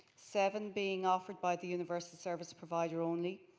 seven being offered by the universal service provider only.